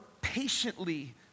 patiently